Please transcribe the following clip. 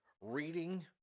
reading